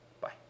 Bye